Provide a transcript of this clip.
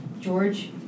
George